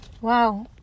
wow